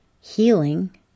Healing